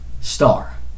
star